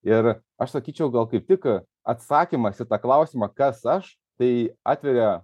ir aš sakyčiau gal kaip tik atsakymas į tą klausimą kas aš tai atveria